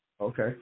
Okay